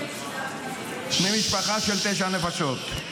בני משפחה של תשע נפשות.